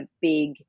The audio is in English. big